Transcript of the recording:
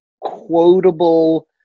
quotable